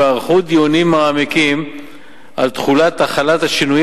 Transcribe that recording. וערכו דיונים מעמיקים על תחולת החלת השינויים